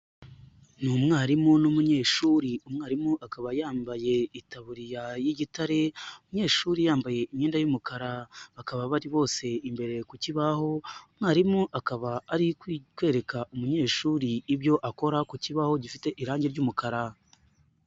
Ni umwarimu n'umunyeshuri, umwarimu akaba yambaye itabuririya y'igitare, umunyeshuri yambaye imyenda y'umukara bakaba bari bose imbere ku kibaho, mwarimu akaba ari kwereka umunyeshuri ibyo akora ku kibaho gifite irangi ry'umukara.